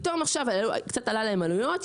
פתאום עכשיו קצת עלו להם עלויות,